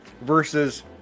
versus